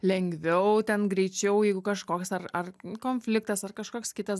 lengviau ten greičiau jeigu kažkoks ar ar konfliktas ar kažkoks kitas